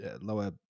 lower